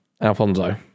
Alfonso